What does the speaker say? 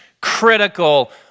critical